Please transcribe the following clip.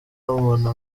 umuntu